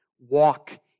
Walk